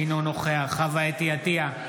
אינו נוכח חוה אתי עטייה,